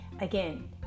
again